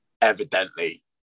evidently